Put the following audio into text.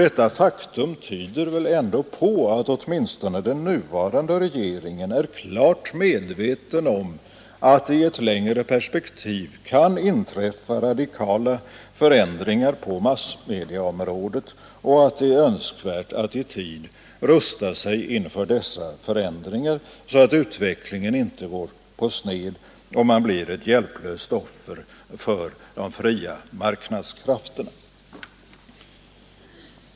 Detta faktum tyder väl ändå på att åtminstone den nuvarande regeringen är klart medveten om att det i ett längre perspektiv kan inträffa radikala förändringar på massmediaområdet och att det är nödvändigt att i tid rusta sig inför dessa förändringar, så att utvecklingen inte går på sned och man blir ett hjälplöst offer för de fria marknadskrafterna.